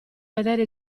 vedere